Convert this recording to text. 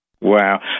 Wow